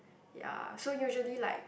ya so usually like